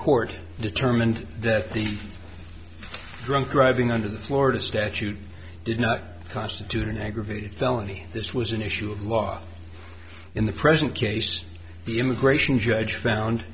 court determined that the drunk driving under the florida statute did not constitute an aggravated felony this was an issue of law in the present case the immigration judge found